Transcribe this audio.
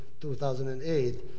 2008